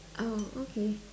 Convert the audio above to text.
oh okay